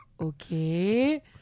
okay